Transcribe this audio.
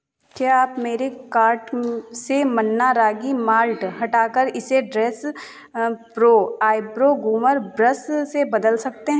क्या आप मेरे कार्ट से मन्ना रागी माल्ट हटा कर इसे dress pro eyebrow groomer brush से बदल सकते हैं